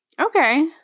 Okay